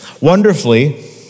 Wonderfully